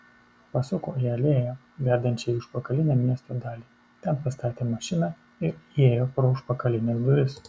pasuko į alėją vedančią į užpakalinę namo dalį ten pastatė mašiną ir įėjo pro užpakalines duris